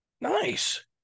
nice